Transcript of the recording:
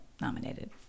nominated